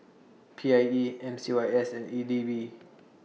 P I E M C Y S and E D B